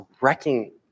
wrecking